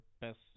best